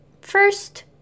first